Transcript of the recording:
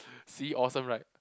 see awesome right